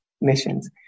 missions